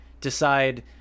decide